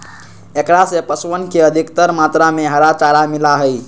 एकरा से पशुअन के अधिकतर मात्रा में हरा चारा मिला हई